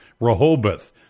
Rehoboth